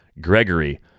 Gregory